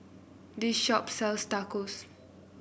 this shop sells Tacos